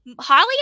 Holly